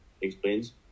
explains